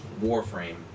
Warframe